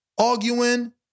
arguing